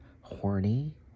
horny